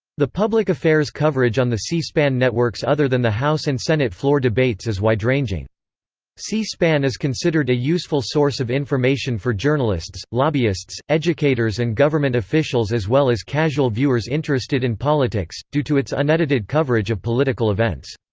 the public affairs coverage on the c-span networks other than the house and senate floor debates is wide-ranging c-span is considered a useful source of information for journalists, lobbyists, educators and government officials as well as casual viewers interested in politics, due to its unedited coverage of political events.